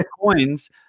coins